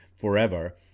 forever